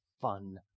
fun